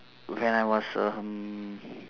when I was um